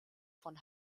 von